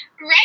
right